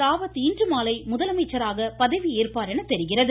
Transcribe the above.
ராவத் இன்றுமாலை முதலமைச்சராக பதவியேற்பார் என தெரிகிறது